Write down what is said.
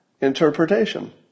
interpretation